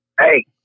Hey